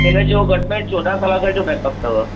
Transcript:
हिन जो घटि में घटि चोॾहं कलाक जो बेकअप अथव